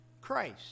Christ